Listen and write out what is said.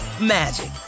magic